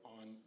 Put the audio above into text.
on